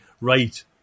right